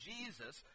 Jesus